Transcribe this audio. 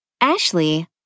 Ashley